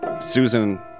Susan